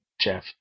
jeff